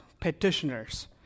petitioners